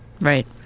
Right